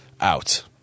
out